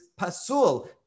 pasul